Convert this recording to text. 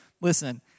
listen